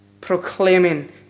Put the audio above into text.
proclaiming